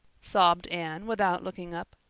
sobbed anne, without looking up,